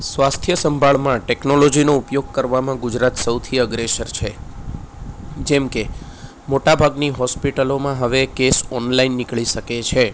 સ્વાથ્ય સંભાળમાં ટેક્નોલોજીનો ઉપયોગ કરવામાં ગુજરાત સૌથી અગ્રેસર છે જેમ કે મોટા ભાગની હોસ્પિટલોમાં હવે કેશ ઓનલાઇન નીકળી શકે છે